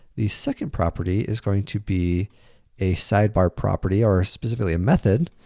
the second property is going to be a sidebar property or specifically a method,